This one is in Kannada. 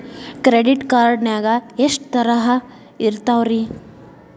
ಕ್ರೆಡಿಟ್ ಕಾರ್ಡ್ ನಾಗ ಎಷ್ಟು ತರಹ ಇರ್ತಾವ್ರಿ?